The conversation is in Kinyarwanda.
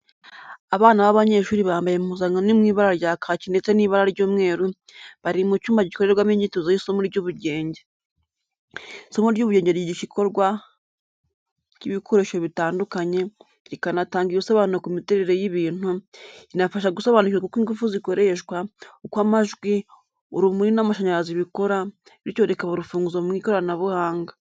Abana b'abanyeshuri bambaye impuzankano iri mu ibara rya kaki ndetse n'ibara ry'umweru, bari mu cyumba gikorerwamo imyitozo y'isomo ry'ubugenge. Isomo ry'ubugenge ryigisha ikorwa ry’ibikoresho bitandukanye, rikanatanga ibisobanuro ku miterere y’ibintu, rinafasha gusobanukirwa uko ingufu zikoreshwa, uko amajwi, urumuri n’amashanyarazi bikora, bityo rikaba urufunguzo mu ikoranabuhanga.